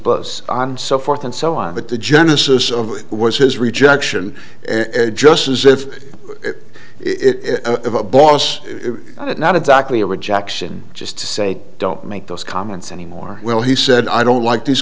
bus on so forth and so on but the genesis of was his rejection just as if it's a boss not exactly a rejection just to say don't make those comments anymore well he said i don't like these